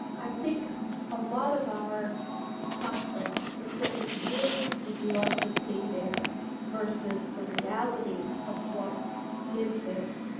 i think a lot of our conflict is what we really would love to see there versus the reality of what is there.